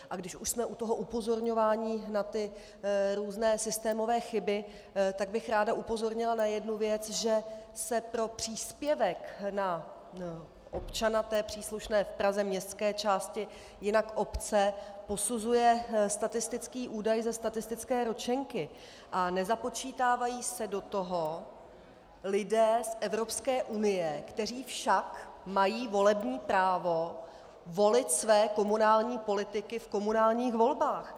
A když už jsme u toho upozorňování na ty různé systémové chyby, tak bych ráda upozornila na jednu věc, že se pro příspěvek na občana té příslušné v Praze městské části, jinak obce, posuzuje statistický údaj ze statistické ročenky a nezapočítávají se do toho lidé z Evropské unie, kteří však mají volební právo volit své komunální politiky v komunálních volbách.